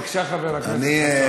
בבקשה, חבר הכנסת חסון.